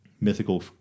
mythical